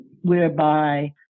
whereby